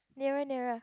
nearer nearer